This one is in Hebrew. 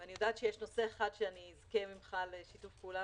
אני יודעת שיש נושא אחד שאזכה ממך לשיתוף פעולה